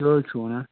کہِ حظ چھُو ونان